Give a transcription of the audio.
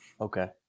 Okay